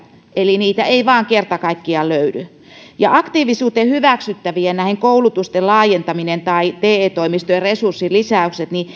eli niitä ei vain kerta kaikkiaan löydy ja aktiivisuuteen hyväksyttävien koulutusten laajentaminen tai te toimistojen resurssilisäykset